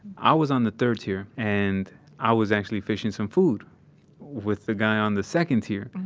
i was on the third tier and i was actually fishing some food with the guy on the second tier.